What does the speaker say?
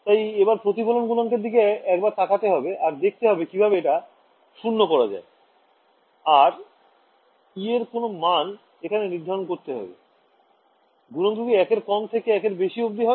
তাই এবার প্রতিফলন গুনাঙ্কের দিকে একবার তাকাতে হবে আর দেখতে হবে কিভাবে এটা শূন্য করা যায় আর e এর কোন মাণ এখানে নির্ধারণ করতে হবে গুনাঙ্ক কি ১ এর কম থেকে ১ এর বেশি অবধি হবে